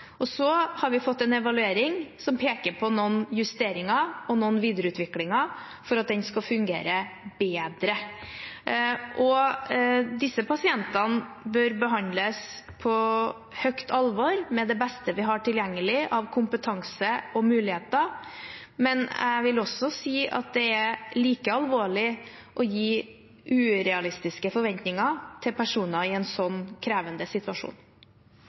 Så har vi fått en evaluering som peker på noen justeringer og noen videreutviklinger for at den skal fungere bedre. Disse pasientene bør behandles på høyt alvor med det beste vi har tilgjengelig av kompetanse og muligheter, men jeg vil også si at det er like alvorlig å gi urealistiske forventninger til personer i en sånn krevende situasjon.